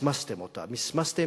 ומסמסתם אותה, מסמסתם